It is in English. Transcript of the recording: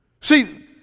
See